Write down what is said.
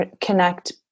connect